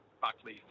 Buckley